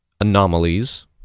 anomalies